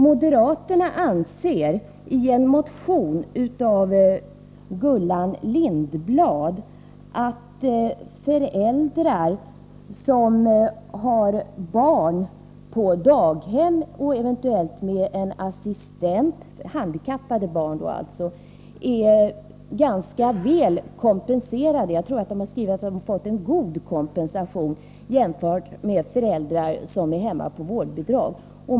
Moderaterna anser i en motion av Gullan Lindblad att föräldrar som har handikappade barn på daghem, eventuellt med en assistent, är ganska väl kompenserade — jag tror att man har skrivit att de har fått en god kompensation — jämfört med föräldrar som är hemma med vårdbidrag.